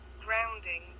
grounding